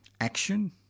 action